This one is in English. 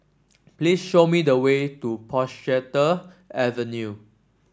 please show me the way to Portchester Avenue